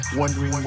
wondering